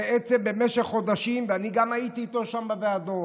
במשך חודשים, ואני גם הייתי איתו שם בוועדות,